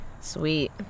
sweet